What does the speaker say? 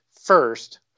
first